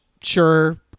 sure